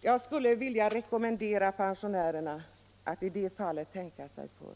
Jag skulle vilja rekommendera pensionärerna att i det fallet tänka sig för.